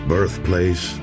Birthplace